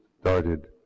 started